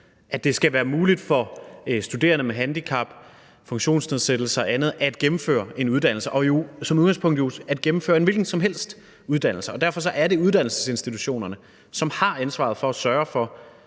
at det skal være muligt for studerende med handicap, funktionsnedsættelser eller andet at gennemføre en uddannelse, og som udgangspunkt at gennemføre en hvilken som helst uddannelse, og derfor er det uddannelsesinstitutionerne, som har ansvaret for at sørge for,